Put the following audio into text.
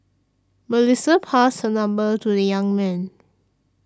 Melissa passed her number to the young man